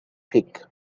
peak